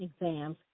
exams